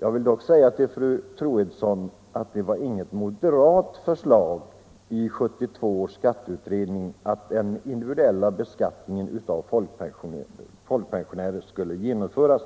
Jag vill till fru Troedsson säga att det inte var något moderat förslag i 1972 års skatteutredning att den individuella beskattningen av folkpensionärer skulle genomföras.